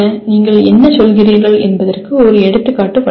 நீங்கள் என்ன சொல்கிறீர்கள் என்பதற்கு ஒரு எடுத்துக்காட்டு வழங்கவும்